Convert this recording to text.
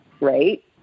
Right